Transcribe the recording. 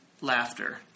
Laughter